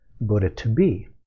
Buddha-to-be